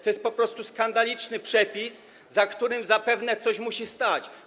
To jest po prostu skandaliczny przepis, za którym zapewne ktoś musi stać.